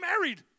married